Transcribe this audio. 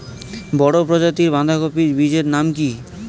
বড় প্রজাতীর বাঁধাকপির বীজের নাম কি?